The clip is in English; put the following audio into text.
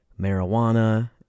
marijuana